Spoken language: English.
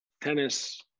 tennis